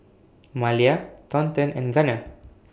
Malia Thornton and Gunner